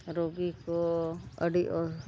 ᱨᱩᱜᱤ ᱠᱚ ᱟᱹᱰᱤ ᱚ